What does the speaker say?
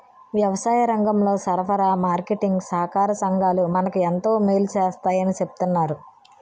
వ్యవసాయరంగంలో సరఫరా, మార్కెటీంగ్ సహాకార సంఘాలు మనకు ఎంతో మేలు సేస్తాయని చెప్తన్నారు